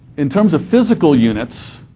in terms of physical units,